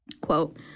quote—